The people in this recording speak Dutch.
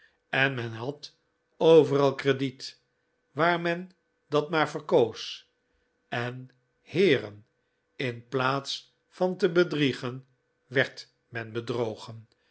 en men had overal crediet waar men dat maar verkoos en heeren in plaats van te bedriegen werd men bedrogen